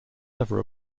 never